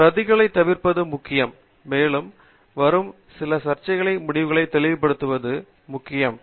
பிரதிகளைத் தவிர்ப்பது முக்கியம் மேலும் வரும் சில சர்ச்சைக்குரிய முடிவுகளை தெளிவுபடுத்துவது முக்கியம்